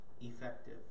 effective